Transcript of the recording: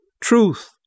Truth